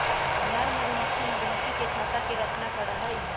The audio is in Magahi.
नर मधुमक्खी मधुमक्खी के छत्ता के रचना करा हई